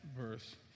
verse